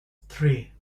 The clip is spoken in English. three